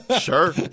Sure